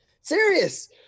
Serious